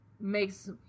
makes